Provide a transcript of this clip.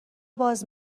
باز